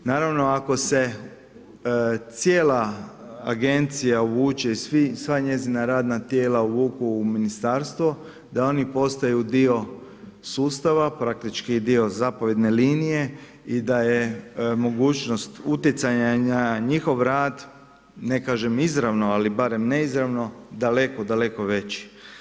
Naravno ako se cijela agencija uvuče i sva njezina radna tijela uvuku u ministarstvo da oni postaju dio sustava, praktički dio zapovijedane linije i da je mogućnost utjecanja na njihov rad, ne kažem izravno, ali barem neizravno, daleko, daleko veći.